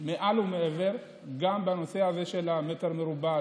מעל ומעבר גם בנושא הזה של מטר מרובע,